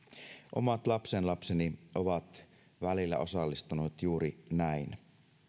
omat lapsenlapseni ovat välillä osallistuneet juuri näin